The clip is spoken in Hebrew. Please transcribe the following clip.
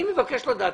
אני מבקש לדעת.